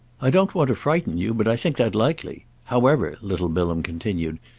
i don't want to frighten you, but i think that likely. however, little bilham continued,